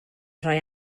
rhoi